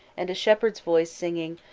and a shepherd's voice singing,